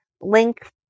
link